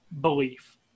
belief